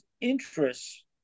interests